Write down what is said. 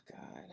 God